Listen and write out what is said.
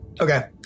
Okay